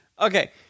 okay